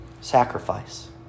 sacrifice